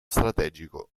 strategico